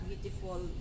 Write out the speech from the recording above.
beautiful